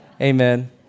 Amen